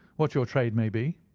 what your trade may be?